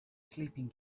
sleeping